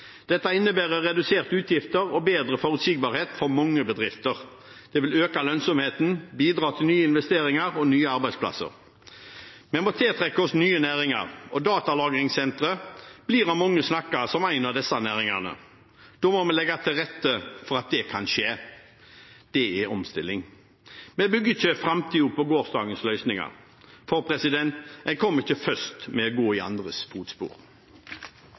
Dette innebærer reduserte utgifter og bedre forutsigbarhet for mange bedrifter. Det vil øke lønnsomheten, bidra til nye investeringer og nye arbeidsplasser. Vi må tiltrekke oss nye næringer, og datalagringssentre blir av mange snakket om som en av disse næringene. Da må vi legge til rette for at det kan skje. Det er omstilling. Vi bygger ikke framtiden på gårsdagens løsninger. En kommer ikke først ved å gå i andres fotspor.